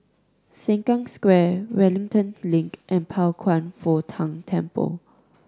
Sengkang Square Wellington Link and Pao Kwan Foh Tang Temple